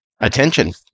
attention